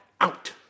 out